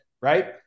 right